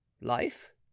life